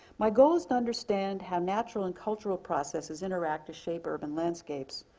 my goal is to understand how natural and cultural processes interact to shape urban landscapes,